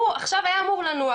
הוא עכשיו היה אמור לנוח,